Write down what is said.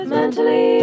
Mentally